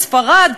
ספרד,